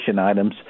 items